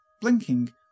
Blinking